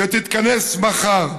שתתכנס מחר,